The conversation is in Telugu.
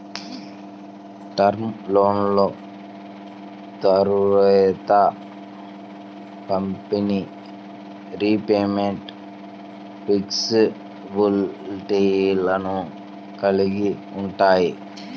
టర్మ్ లోన్లు త్వరిత పంపిణీ, రీపేమెంట్ ఫ్లెక్సిబిలిటీలను కలిగి ఉంటాయి